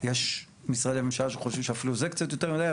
יש משרדי ממשלה שחושבים שאפילו זה קצת יותר מידי.